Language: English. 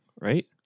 right